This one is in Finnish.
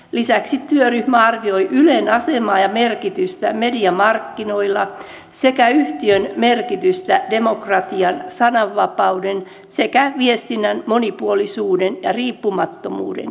lisäksi työryhmä arvioi ylen asemaa ja merkitystä mediamarkkinoilla sekä yhtiön merkitystä demokratian sananvapauden sekä viestinnän monipuolisuuden ja riippumattomuuden kannalta